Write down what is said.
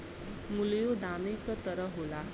मूल्यों दामे क तरह होला